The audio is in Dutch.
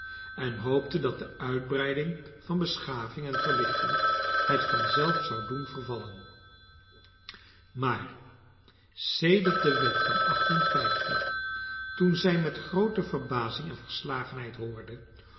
en hoopte dat de uitbreiding van beschaving en verlichting het vanzelf zou doen vervallen maar sedert de wet van toen zij met groote verbazing en verslagenheid hoorde